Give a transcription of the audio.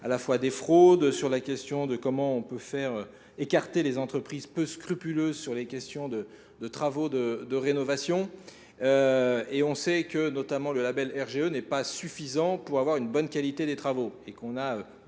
à la fois des fraudes, sur la question de comment on peut faire écarter les entreprises peu scrupuleuses, sur les questions de travaux de rénovation. et on sait que notamment le label RGE n'est pas suffisant pour avoir une bonne qualité des travaux